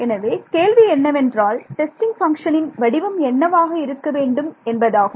எனவே கேள்வி என்னவென்றால் டெஸ்டிங் பங்க்ஷன் இன் வடிவம் என்னவாக இருக்க வேண்டும் என்பதாகும்